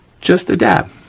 just a dab.